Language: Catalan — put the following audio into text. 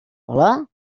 hola